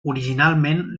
originalment